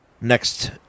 next